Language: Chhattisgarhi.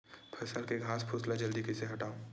फसल के घासफुस ल जल्दी कइसे हटाव?